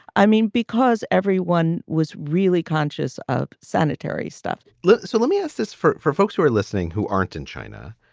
i mean, because everyone was really conscious of sanitary stuff so let me ask this for for folks who are listening, who aren't in china,